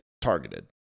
targeted